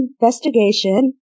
investigation